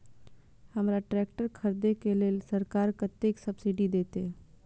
हमरा ट्रैक्टर खरदे के लेल सरकार कतेक सब्सीडी देते?